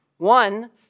One